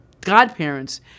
godparents